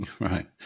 Right